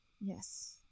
Yes